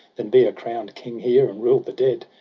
than be a crown'd king here, and rule the dead.